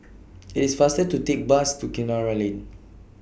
IT IS faster to Take Bus to Kinara Lane